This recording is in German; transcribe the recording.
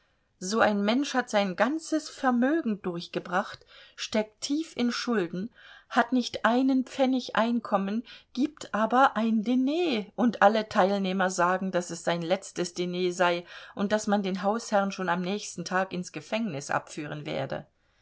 so ein mensch hat sein ganzes vermögen durchgebracht steckt tief in schulden hat nicht einen pfennig einkommen gibt aber ein diner und alle teilnehmer sagen daß es sein letztes diner sei und daß man den hausherrn schon am nächsten tag ins gefängnis abführen werde